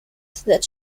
that